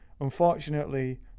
Unfortunately